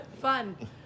Fun